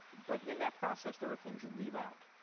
but in that process there are things you leave out.